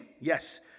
Yes